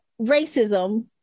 racism